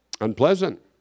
unpleasant